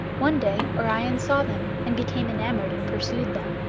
one day orion saw them and became enamoured and pursued them.